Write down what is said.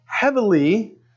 heavily